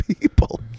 people